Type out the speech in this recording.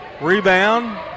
Rebound